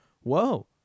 whoa